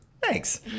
Thanks